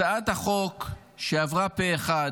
הצעת החוק שעברה פה אחד,